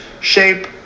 shape